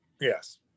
Yes